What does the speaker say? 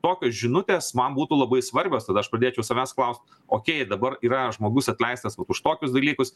tokios žinutės man būtų labai svarbios tada aš pradėčiau savęs klaust okei dabar yra žmogus atleistas už tokius dalykus